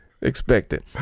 expected